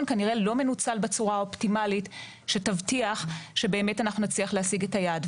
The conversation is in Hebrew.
כנראה לא מנוצל בצורה האופטימאלית שתבטיח שבאמת נצליח להשיג את היעד.